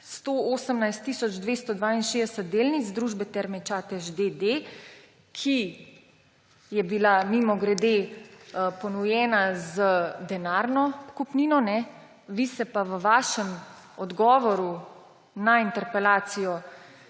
262 delnic družbe Terme Čatež, d. d., ki je bila, mimogrede, ponujena z denarno kupnino, vi se pa v svojem odgovoru na interpelacijo